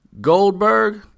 Goldberg